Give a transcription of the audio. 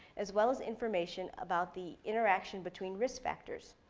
as well as information about the interaction between risk factors.